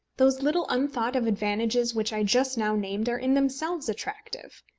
those little unthought of advantages which i just now named are in themselves attractive.